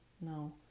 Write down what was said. no